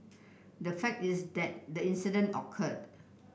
the fact is that the incident occurred